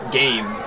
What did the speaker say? game